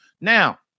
Now